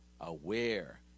aware